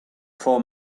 for